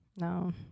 No